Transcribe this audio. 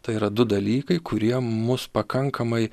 tai yra du dalykai kurie mus pakankamai